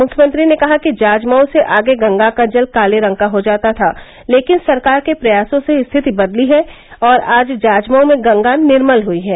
मुख्यमंत्री ने कहा कि जाजमऊ से आगे गंगा का जल काले रंग का हो जाता था लेकिन सरकार के प्रयासों से स्थिति बदली है और आज जाजमऊ में गंगा निर्मल हुई है